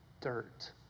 dirt